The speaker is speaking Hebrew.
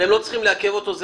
אתם לא צריכים לעכב אותו.